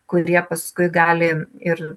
kurie paskui gali ir